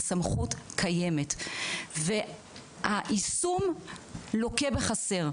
קיימת; והיישום לוקה בחסר.